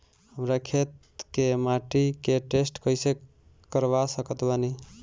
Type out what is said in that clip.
हमरा खेत के माटी के टेस्ट कैसे करवा सकत बानी?